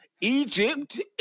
Egypt